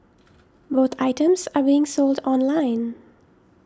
both items are being sold online